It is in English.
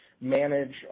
manage